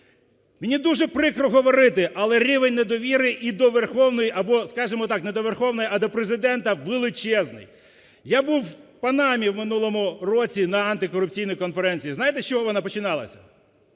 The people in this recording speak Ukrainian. Мені дуже прикро говорили, але рівень недовіри і до Верховної… або скажемо так, не до Верховної, а до Президента величезний. Я був у Панамі в минулому році на антикорупційній конференції. Знаєте, з чого вона починалась?